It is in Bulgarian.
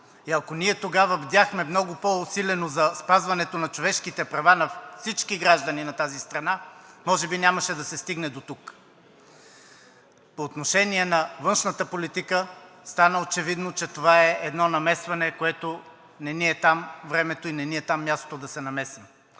и ако ние тогава бдяхме много по-усилено за спазването на човешките права на всички граждани на тази страна, може би нямаше да сте стигне дотук. По отношение на външната политика, стана очевидно, че това е едно намесване, за което не ни е там времето и не ни е там мястото да се намесим.